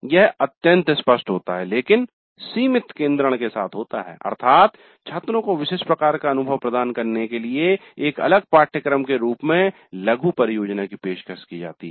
यह अत्यंत स्पष्ट होता है लेकिन सीमित केन्द्रण के साथ होता है अर्थात छात्रों को विशिष्ट प्रकार का अनुभव प्रदान करने के लिए एक अलग पाठ्यक्रम के रूप में लघु परियोजना की पेशकश की जाती है